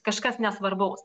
kažkas nesvarbaus